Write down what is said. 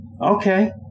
okay